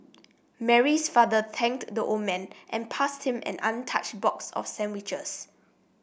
Mary's father thanked the old man and passed him an untouched box of sandwiches